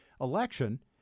election